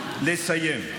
לסיים.